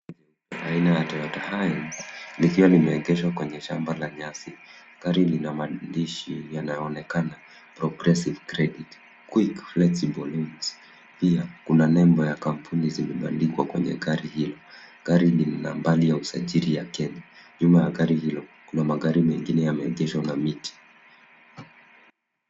Aina ya Toyota [csHides likiwa limeegeshwa kwenye shamba la nyasi. Gari lina maandishi yanayoonekana progressive credit, quick flexible loans . Pia kuna nembo ya kampuni zenye zimeandikwa kwenye gari hilo. Gari lina nambari ya usajili ya Kenya. Nyuma ya gari hilo kuna magari mengine yameegeshwa na miti.